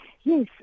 yes